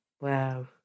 Wow